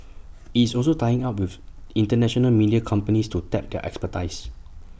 IT is also tying up with International media companies to tap their expertise